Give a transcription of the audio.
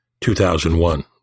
2001